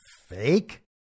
fake